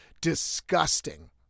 disgusting